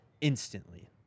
instantly